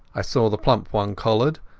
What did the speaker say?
i saw the plump one collared,